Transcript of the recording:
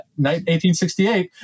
1868